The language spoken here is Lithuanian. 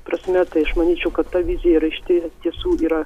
prasme tai aš manyčiau kad ta vizija yra iš tie tiesų yra